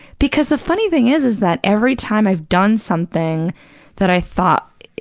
because the funny thing is, is that every time i've done something that i thought,